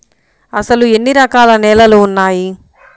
అసలు ఎన్ని రకాల నేలలు వున్నాయి?